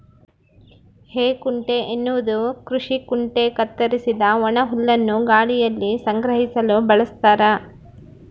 ಹೇಕುಂಟೆ ಎನ್ನುವುದು ಕೃಷಿ ಕುಂಟೆ ಕತ್ತರಿಸಿದ ಒಣಹುಲ್ಲನ್ನು ಗಾಳಿಯಲ್ಲಿ ಸಂಗ್ರಹಿಸಲು ಬಳಸ್ತಾರ